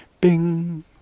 bing